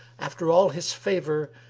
after all his favour,